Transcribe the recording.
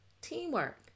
teamwork